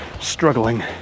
struggling